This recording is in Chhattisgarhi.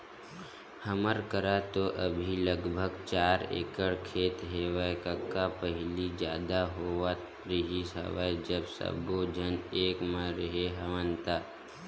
हमर करा तो अभी लगभग चार एकड़ खेत हेवय कका पहिली जादा होवत रिहिस हवय जब सब्बो झन एक म रेहे हवन ता